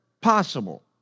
possible